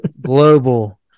Global